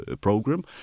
program